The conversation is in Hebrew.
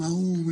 עם האו"ם,